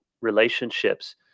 relationships